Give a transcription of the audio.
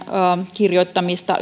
kirjoittamista